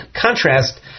contrast